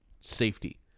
safety